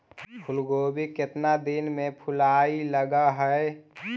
फुलगोभी केतना दिन में फुलाइ लग है?